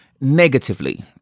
negatively